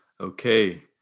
Okay